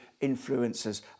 influences